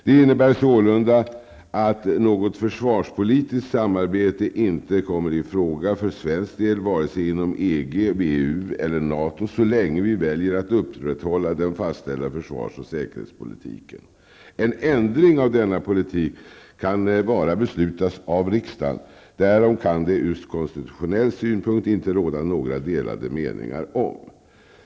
Detta innebär sålunda att ett försvarspolitiskt samarbete inte kommer i fråga för svensk del inom vare sig EG, WEU eller NATO så länge vi väljer att upprätthålla den fastställda försvars och säkerhetspolitiken. En ändring av denna politik kan bara beslutas av riksdagen. Därom kan det från konstitutionell synpunkt inte råda några delade meningar.